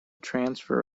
transfer